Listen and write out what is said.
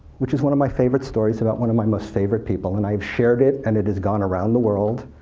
which is one of my favorite stories about one of my most favorite people, and i have shared it, and it has gone around the world.